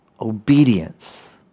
obedience